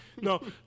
No